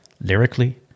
lyrically